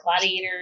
gladiator